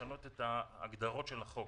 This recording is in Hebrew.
לשנות את ההגדרות של החוק.